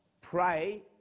Pray